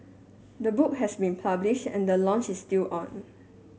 the book has been published and the launch is still on